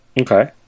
Okay